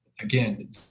again